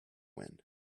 when